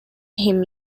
him